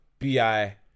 bi